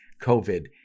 COVID